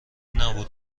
نبود